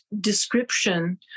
description